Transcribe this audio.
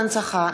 הצעת חוק להנצחה,